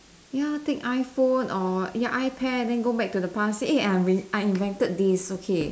ya take iPhone or ya iPad then go back to the past say eh I win I invented this okay